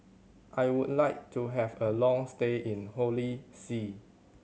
I would like to have a long stay in Holy See